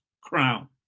crown